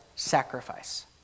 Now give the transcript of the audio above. sacrifice